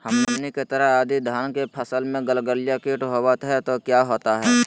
हमनी के तरह यदि धान के फसल में गलगलिया किट होबत है तो क्या होता ह?